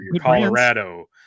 Colorado